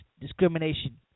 discrimination